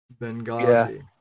Benghazi